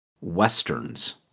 westerns